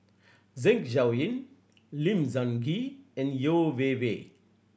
Zeng Shouyin Lim Sun Gee and Yeo Wei Wei